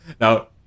Now